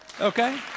Okay